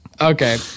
Okay